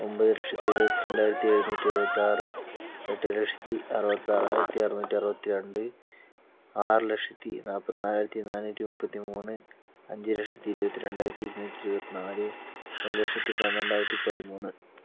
ഒമ്പതുലക്ഷത്തി എഴുപത്തിരണ്ടായിരത്തി എഴുന്നൂറ്റി എഴുപത്തിയാറ് എട്ടുലക്ഷത്തി അറുപത്താറായിരത്തി അറന്നൂറ്റി അറുപത്തിരണ്ട് ആറുലക്ഷത്തി നാല്പതിനാലായിരത്തി നാന്നൂറ്റി മുപ്പത്തിമൂന്ന് അഞ്ചുലക്ഷത്തി ഇരുപത്തിരണ്ടായിരത്തി ഇരുന്നൂറ്റി ഇരുപത്തിനാല് ഒരുലക്ഷത്തി പന്ത്രണ്ടായിരത്തി പതിമൂന്ന്